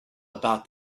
about